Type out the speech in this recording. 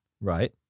Right